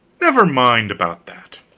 never mind about that